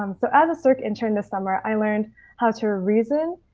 um so as a serc intern this summer i learned how to reason